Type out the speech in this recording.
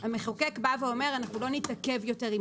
המחוקק בא ואומר: אנחנו לא נתעכב יותר עם